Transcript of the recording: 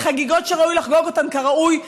אלה חגיגות שראוי לחגוג אותן כראוי.